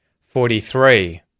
Forty-three